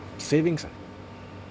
savings ah